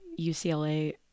UCLA